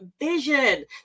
vision